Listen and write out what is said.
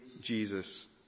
Jesus